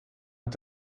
hat